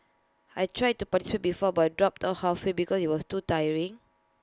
I tried to participate before but dropped out halfway because IT was too tiring